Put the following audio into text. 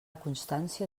constància